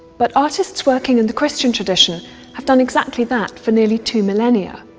but artists working in the christian tradition have done exactly that for nearly two millennia.